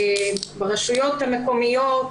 ברשויות המקומיות,